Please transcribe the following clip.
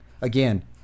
Again